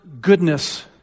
goodness